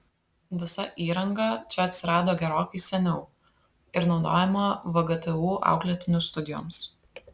visa įranga čia atsirado gerokai seniau ir naudojama vgtu auklėtinių studijoms